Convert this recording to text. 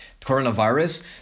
coronavirus